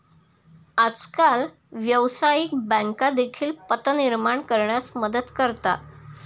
आजकाल व्यवसायिक बँका देखील पत निर्माण करण्यास मदत करतात